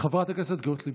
חברת הכנסת גוטליב,